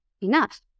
enough